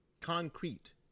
concrete